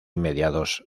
mediados